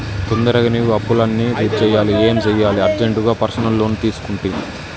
తొందరగా నేను అప్పులన్నీ తీర్చేయాలి ఏం సెయ్యాలి అర్జెంటుగా పర్సనల్ లోన్ తీసుకుంటి